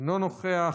אינו נוכח,